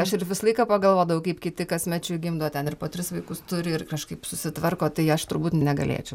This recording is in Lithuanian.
aš ir visą laiką pagalvodavau kaip kiti kasmečiui gimdo ten ir po tris vaikus turi ir kažkaip susitvarko tai aš turbūt negalėčiau